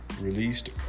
released